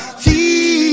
see